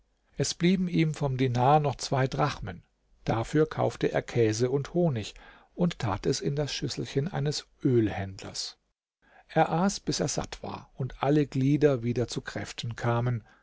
es blieben ihm vorn dinar noch zwei drachmen dafür kaufte er käse und honig und tat es in das schüsselchen eines ölhändlers er aß bis er satt war und alle glieder wieder zu kräften kamen